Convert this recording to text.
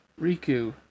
Riku